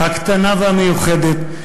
הקטנה והמיוחדת,